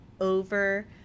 over